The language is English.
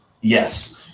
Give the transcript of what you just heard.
Yes